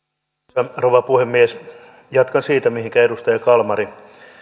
arvoisa rouva puhemies jatkan siitä mihinkä edustaja kalmari